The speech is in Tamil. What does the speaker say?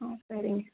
ம் சரிங்க